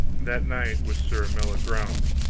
that knight was sir meliagraunce,